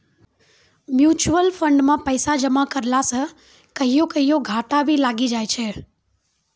mutual fund मे पैसा जमा करला से कहियो कहियो घाटा भी लागी जाय छै